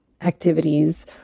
activities